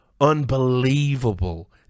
unbelievable